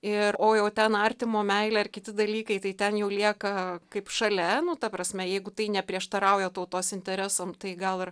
ir o jau ten artimo meilė ar kiti dalykai tai ten jau lieka kaip šalia nu ta prasme jeigu tai neprieštarauja tautos interesam tai gal ir